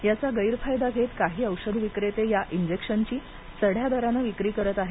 याचा गैरफायदा घेत काही औषधं विक्रेत या इंजेक्शनची चढया दराने विक्री करत आहेत